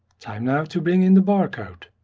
time now, to bring in the bar code.